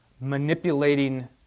manipulating